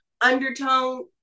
undertone